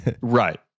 right